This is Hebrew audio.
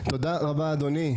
תודה רבה, אדוני.